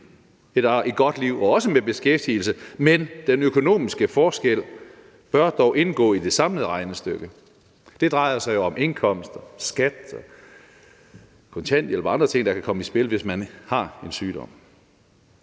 med et godt liv og også med beskæftigelse, men den økonomiske forskel bør dog indgå i det samlede regnestykke. Det drejer sig jo om indkomst, skat, kontanthjælp og andre ting, der kan komme i spil, hvis man har en sygdom.